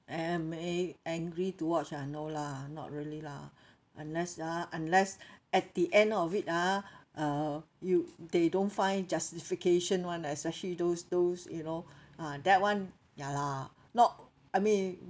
am a~ angry to watch ah no lah not really lah unless ah unless at the end of it ah uh you they don't find justification [one] especially those those you know ah that [one] ya lah not I mean